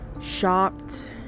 shocked